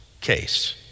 case